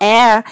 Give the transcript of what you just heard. Air